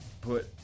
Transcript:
put